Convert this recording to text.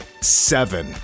seven